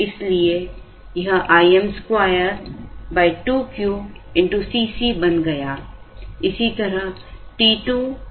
इसलिए यह 2 2Q C c बन गया